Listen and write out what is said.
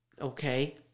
Okay